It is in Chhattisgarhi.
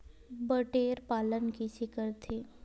बटेर पालन कइसे करथे?